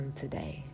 today